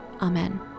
Amen